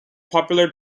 popular